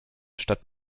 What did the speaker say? statt